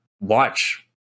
watch